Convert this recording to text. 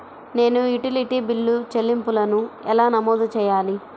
నేను utility bill చెల్లింపులను ఎలా నమోదు చేయాలి?